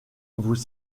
vous